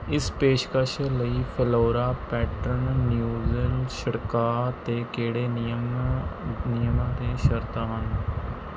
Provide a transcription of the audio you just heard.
ਇਸ ਪੇਸ਼ਕਸ਼ ਲਈ ਫਲੋਰਾ ਪੈਟਰਨ ਨਿਜ਼ੂਲ ਛਿੜਕਾਅ 'ਤੇ ਕਿਹੜੇ ਨਿਯਮ ਨਿਯਮਾਂ ਅਤੇ ਸ਼ਰਤਾਂ ਹਨ